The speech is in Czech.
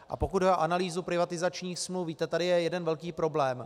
A pokud jde o analýzu privatizačních smluv, víte, tady je jeden velký problém.